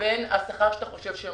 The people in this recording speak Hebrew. תמיד עם השופטים היה ויכוח קשה אצלי